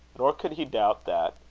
nor could he doubt that,